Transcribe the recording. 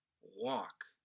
walk